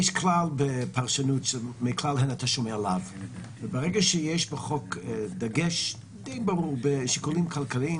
יש כלל בפרשנות --- ברגע שיש בחוק דגש די ברור לשיקולים כלכליים